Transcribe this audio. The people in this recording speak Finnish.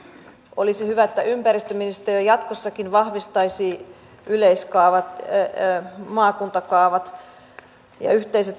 olisi hyvä että ympäristöministeriö jatkossakin vahvistaisi maakuntakaavat ja yhteiset yleiskaavat